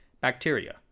bacteria